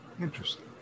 interesting